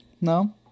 No